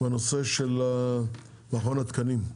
בנושא של מכון התקנים.